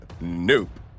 Nope